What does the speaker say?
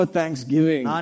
thanksgiving